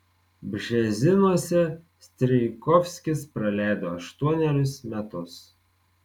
bžezinuose strijkovskis praleido aštuonerius metus